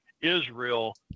Israel